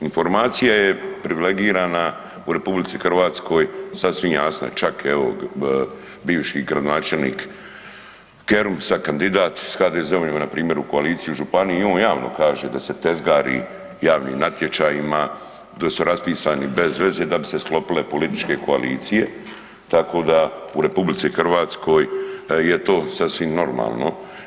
Informacija je privilegirana u RH, sasvim jasna, čak evo, bivši gradonačelnik Kerum sad kandidat, s HDZ-om ima, npr. u koaliciji, u županiji, i on javno kaže da se tezgari javnim natječajima, da su raspisani bez veze da bi se sklopile političke koalicije, tako da u RH je to sasvim normalno.